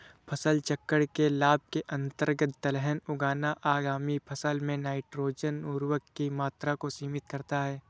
फसल चक्र के लाभ के अंतर्गत दलहन उगाना आगामी फसल में नाइट्रोजन उर्वरक की मात्रा को सीमित करता है